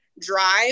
drive